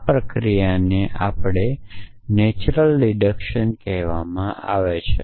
આ પ્રક્રિયાને આવશ્યકપણે કુદરતી કપાત કહેવામાં આવે છે